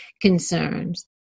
concerns